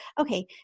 okay